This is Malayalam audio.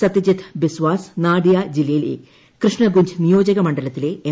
സത്യജിത്ത് ബിസ്വാസ് നാദിയ ജില്ലയിലെ കൃഷ്ണ ഗുഞ്ച് നിയോജക മണ്ഡലത്തിലെ എം